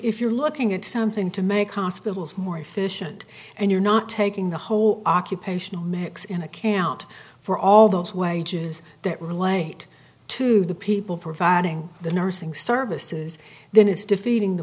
if you're looking at something to make hospitals more efficient and you're not taking the whole occupational mix in account for all those wages that relate to the people providing the nursing services then it's defeating the